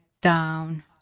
down